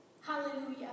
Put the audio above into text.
Hallelujah